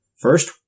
First